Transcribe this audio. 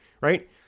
right